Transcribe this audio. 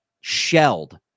shelled